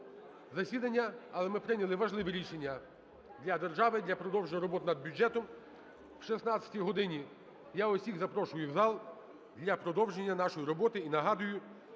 засідання, але ми прийняли важливе рішення для держави, для продовження роботи над бюджетом. О 16 годині я усіх запрошую в зал для продовження нашої роботи. І нагадую,